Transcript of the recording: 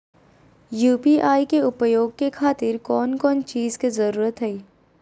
UPI के उपयोग के खातिर कौन कौन चीज के जरूरत है?